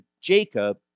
Jacob